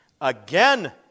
again